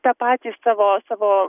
tą patį savo savo